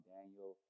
Daniel